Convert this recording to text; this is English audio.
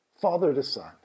Father-to-Son